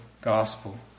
gospel